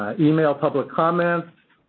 ah email public comments,